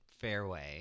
fairway